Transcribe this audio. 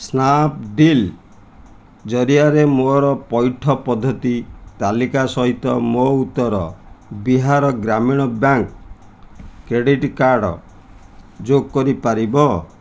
Snapdeal ଜରିଆରେ ମୋର ପଇଠ ପଦ୍ଧତି ତାଲିକା ସହିତ ମୋ Uttar Bihar Gramin bank credit card ଯୋଗ କରିପାରିବ